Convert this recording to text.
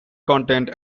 content